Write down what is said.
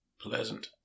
Pleasant